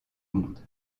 monde